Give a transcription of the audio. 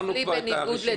בניגוד לדב,